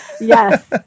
yes